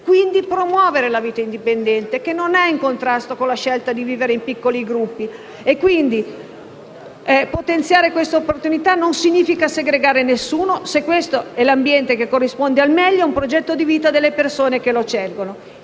intende promuovere la vita indipendente, che non è in contrasto con la scelta di vivere in piccoli gruppi. Potenziare questa opportunità non significa infatti segregare nessuno, se questo è l'ambiente che corrisponde al meglio, al progetto di vita delle persone che lo scelgono.